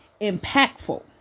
impactful